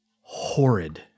horrid